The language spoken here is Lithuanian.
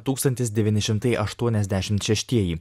tūkstantis devyni šimtai aštuoniasdešimt šeštieji